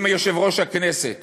אם יושב-ראש הכנסת